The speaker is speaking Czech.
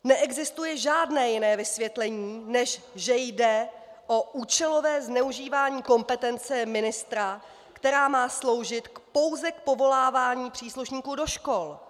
Neexistuje žádné jiné vysvětlení, než že jde o účelové zneužívání kompetence ministra, která má sloužit pouze k povolávání příslušníků do škol.